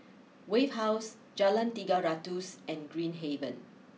Wave house Jalan Tiga Ratus and Green Haven